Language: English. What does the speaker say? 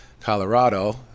Colorado